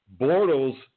Bortles